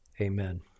Amen